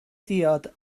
diod